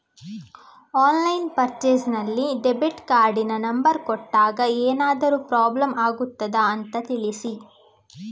Online purchase ನಲ್ಲಿ debit ಕಾರ್ಡಿನ number ಕೊಟ್ಟಾಗ ಏನಾದರೂ ಪ್ರಾಬ್ಲಮ್ ಆಗುತ್ತದ ಅಂತ ತಿಳಿಸಿ?